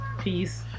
peace